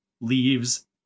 leaves